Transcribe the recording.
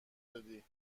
دادی